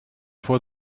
for